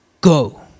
go